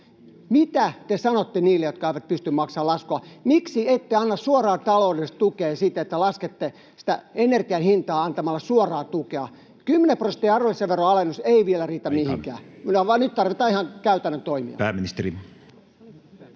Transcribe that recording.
Mitä te sanotte niille, jotka eivät pysty maksamaan laskua? Miksi ette anna suoraa taloudellista tukea siten, että laskette energian hintaa antamalla suoraa tukea? Kymmenen prosentin arvonlisäveron alennus ei vielä riitä mihinkään, [Puhemies: Aika!] vaan nyt tarvitaan ihan käytännön toimia.